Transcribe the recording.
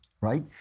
right